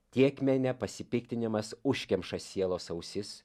tiek mene pasipiktinimas užkemša sielos ausis